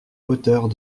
hauteurs